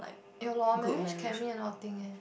ya lor marriage can mean a lot of thing eh